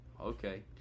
Okay